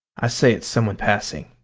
i say it's someone passing.